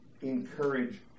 encourage